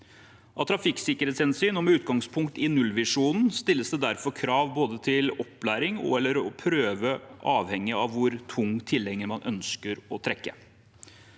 Av trafikksikkerhetshensyn, og med utgangspunkt i nullvisjonen, stilles det derfor krav til både opplæring og/eller prøve, avhengig av hvor tung tilhenger man ønsker å trekke.